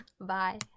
Bye